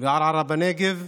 וערערה בנגב.